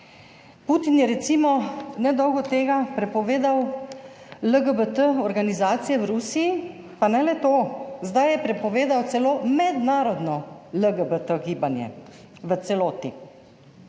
Putin je recimo nedolgo tega prepovedal LGBT organizacije v Rusiji, pa ne le to, zdaj je prepovedal celo mednarodno LGBT gibanje v celoti.